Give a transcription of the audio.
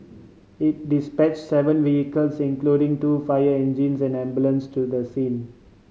it dispatch seven vehicles including two fire engines and an ambulance to the scene